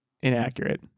inaccurate